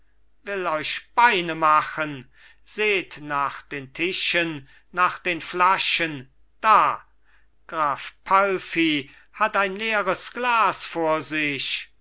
euch beine machen seht nach den tischen nach den flaschen da graf palffy hat ein leeres glas vor sich